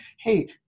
hey